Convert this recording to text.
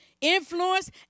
influence